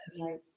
right